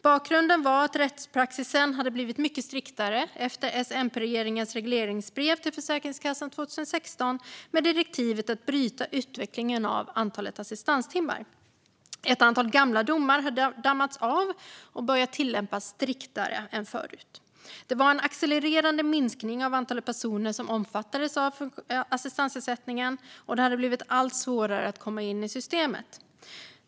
Bakgrunden var att rättspraxis hade blivit mycket striktare efter S-MP-regeringens regleringsbrev till Försäkringskassan 2016 med direktivet att bryta utvecklingen av antalet assistanstimmar. Ett antal gamla domar hade dammats av och börjat tillämpas striktare än förut. Det var en accelererande minskning av antalet personer som omfattades av assistansersättningen. Det hade blivit allt svårare att komma in i systemet.